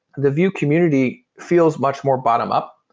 the vue community feels much more bottom-up.